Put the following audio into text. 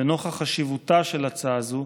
לנוכח חשיבותה של הצעה זו,